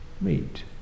meet